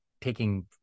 taking